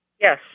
Yes